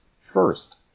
first